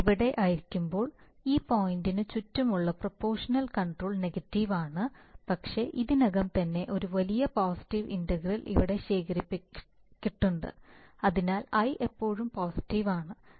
ഇത് ഇവിടെ ആയിരിക്കുമ്പോൾ ഈ പോയിന്റിനു ചുറ്റുമുള്ള പ്രൊപോഷണൽ കൺട്രോൾ നെഗറ്റീവ് ആണ് പക്ഷേ ഇതിനകം തന്നെ ഒരു വലിയ പോസിറ്റീവ് ഇന്റഗ്രൽ ഇവിടെ ശേഖരിക്കപ്പെട്ടിട്ടുണ്ട് എന്നതിനാൽ I ഇപ്പോഴും പോസിറ്റീവ് ആണ്